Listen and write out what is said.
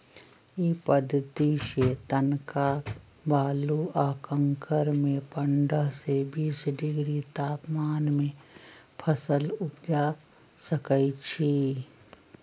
इ पद्धतिसे तनका बालू आ कंकरमें पंडह से बीस डिग्री तापमान में फसल उपजा सकइछि